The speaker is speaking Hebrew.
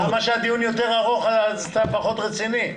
כמה שהדיון יותר ארוך אז אתה פחות רציני.